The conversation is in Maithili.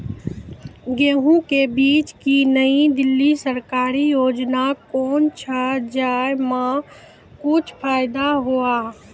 गेहूँ के बीज की नई दिल्ली सरकारी योजना कोन छ जय मां कुछ फायदा हुआ?